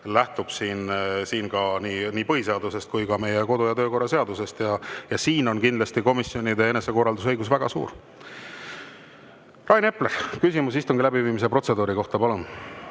lähtub siin väga selgelt nii põhiseadusest kui ka meie kodu- ja töökorra seadusest. Siin on kindlasti komisjonide enesekorraldusõigus väga suur. Rain Epler, küsimus istungi läbiviimise protseduuri kohta, palun!